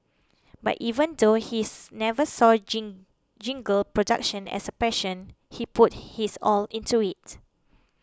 but even though his never saw gin jingle production as a passion he put his all into it